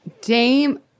Dame